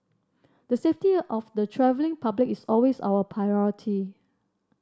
the safety of the travelling public is always our priority